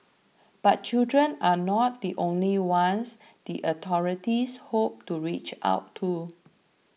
but children are not the only ones the authorities hope to reach out to